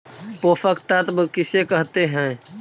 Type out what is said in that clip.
पोषक तत्त्व किसे कहते हैं?